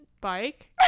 Bike